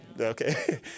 Okay